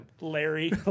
larry